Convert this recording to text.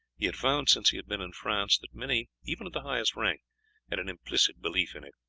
he had found since he had been in france that many even of the highest rank had an implicit belief in it,